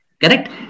Correct